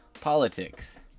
politics